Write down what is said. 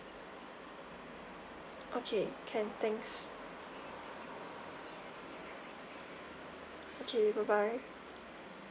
okay can thanks okay bye bye